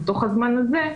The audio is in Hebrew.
בתוך הזמן הזה,